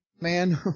man